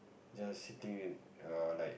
just sitting err like